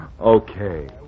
Okay